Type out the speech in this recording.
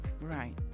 Right